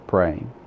praying